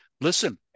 Listen